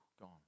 Gone